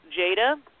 Jada